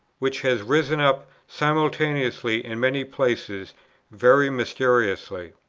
which has risen up simultaneously in many places very mysteriously.